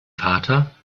vater